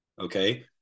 okay